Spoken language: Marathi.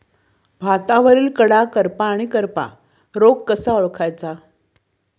भातावरील कडा करपा आणि करपा रोग कसा ओळखायचा?